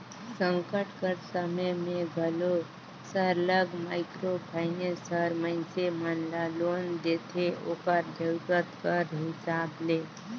संकट कर समे में घलो सरलग माइक्रो फाइनेंस हर मइनसे मन ल लोन देथे ओकर जरूरत कर हिसाब ले